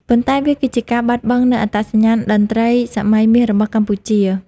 ប៉ុន្តែវាគឺជាការបាត់បង់នូវអត្តសញ្ញាណតន្ត្រីសម័យមាសរបស់កម្ពុជា។